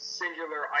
singular